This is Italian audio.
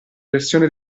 versione